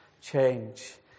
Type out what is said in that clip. change